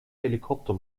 helikopter